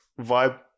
vibe